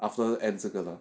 after end 这个